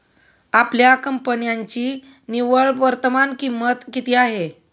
आपल्या कंपन्यांची निव्वळ वर्तमान किंमत किती आहे?